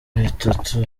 bitatu